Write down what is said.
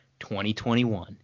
2021